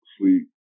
sleep